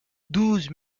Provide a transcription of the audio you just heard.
douze